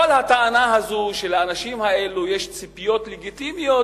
כל הטענה הזו שלאנשים האלו יש ציפיות לגיטימיות,